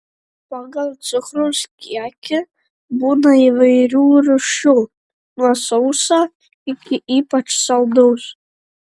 pagal cukraus kiekį būna įvairių rūšių nuo sauso iki ypač saldaus